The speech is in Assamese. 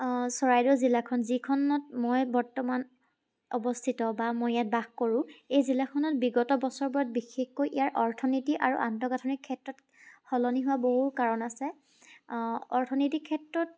চৰাইদেউ জিলাখন যিখনত মই বৰ্তমান অৱস্থিত বা মই ইয়াত বাস কৰোঁ এই জিলাখনত বিগত বছৰবোৰত বিশেষকৈ ইয়াৰ অৰ্থনীতি আৰু আন্তঃগাঁথনিৰ ক্ষেত্ৰত সলনি হোৱা বহুত কাৰণ আছে অৰ্থনীতিক ক্ষেত্ৰত